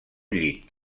llit